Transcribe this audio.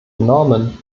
norman